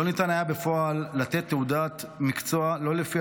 לא ניתן היה בפועל לתת תעודת מקצוע לא לפי